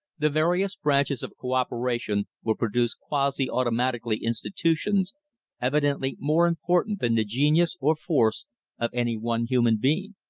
the various branches of co-operation will produce quasi-automatically institutions evidently more important than the genius or force of any one human being.